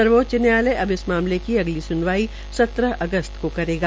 सर्वोच्च न्यायायलय अब इस मामले की अगली सुनवाई सत्रह अगस्त को करेगा